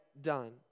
done